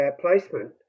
placement